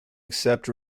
accept